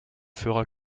fera